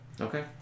Okay